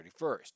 31st